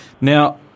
Now